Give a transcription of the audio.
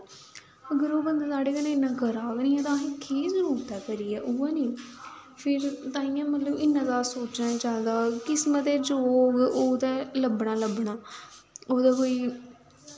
अगर ओह् बंदा साढ़े कन्नै इन्ना करा दा गै नी ऐ तां असें केह् जरूरत ऐ करियै उ'ऐ नी फिर ताइयें मतलब इन्ना जादा सोचना नि चाहिदा किस्मत च जो होग ओह् ते लब्भना गै लब्भना ओह्दा कोई